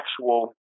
actual